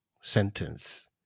sentence